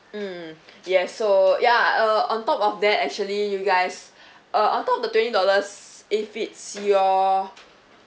mm yes so ya uh on top of that actually you guys uh on top of the twenty dollars if it's your